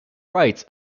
rights